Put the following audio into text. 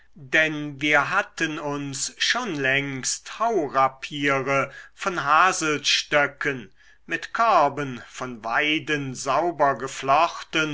denn wir hatten uns schon längst haurapiere von haselstöcken mit körben von weiden sauber